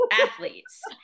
athletes